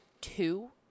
two